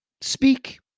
speak